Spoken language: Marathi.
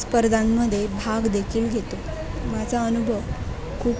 स्पर्धांमध्ये भाग देखील घेतो माझा अनुभव खूप